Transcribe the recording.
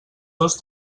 dos